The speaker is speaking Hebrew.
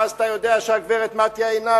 ואז אתה יודע שהגברת מתיה עינב